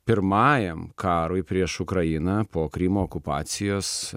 pirmajam karui prieš ukrainą po krymo okupacijos